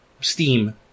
Steam